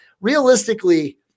realistically